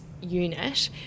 unit